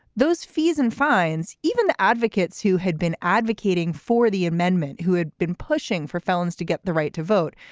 those fees and fines, even the advocates who had been advocating for the amendment, who had been pushing for felons to get the right to vote,